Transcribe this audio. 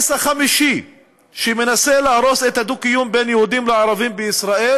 החמישי שמנסה להרוס את הדו-קיום בין יהודים לערבים בישראל